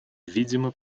видимо